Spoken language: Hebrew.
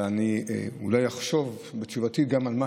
אבל אני אולי אחשוב בתשובתי גם על מה